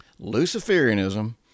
Luciferianism